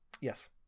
yes